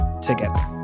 together